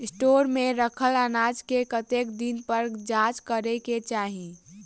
Store मे रखल अनाज केँ कतेक दिन पर जाँच करै केँ चाहि?